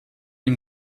ihm